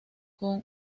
con